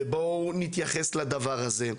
בואו נתייחס לדבר הזה.